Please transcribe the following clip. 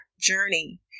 journey